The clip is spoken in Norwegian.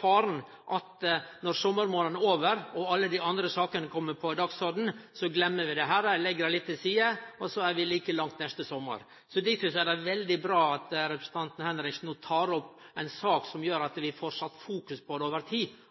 Faren er at når sommarmånadene er over og alle dei andre sakene kjem på dagsordenen, gløymer vi dette eller legg det til side, og så er vi like langt neste sommar. Derfor er det veldig bra at representanten Henriksen no tek opp ei sak som gjer at vi får sett det i fokus over tid